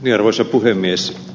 arvoisa puhemies